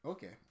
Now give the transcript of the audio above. Okay